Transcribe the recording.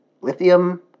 Lithium